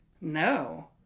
No